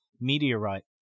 Meteorite